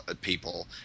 people